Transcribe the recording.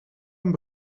een